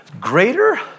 Greater